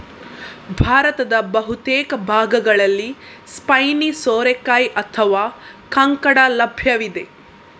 ಭಾರತದ ಬಹುತೇಕ ಭಾಗಗಳಲ್ಲಿ ಸ್ಪೈನಿ ಸೋರೆಕಾಯಿ ಅಥವಾ ಕಂಕಡ ಲಭ್ಯವಿದೆ